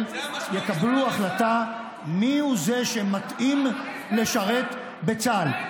יקבלו החלטה מי הוא זה שמתאים לשרת בצה"ל.